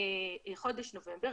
בחודש נובמבר,